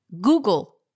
Google